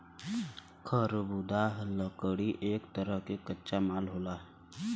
खरबुदाह लकड़ी एक तरे क कच्चा माल होला